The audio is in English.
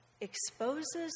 exposes